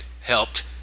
helped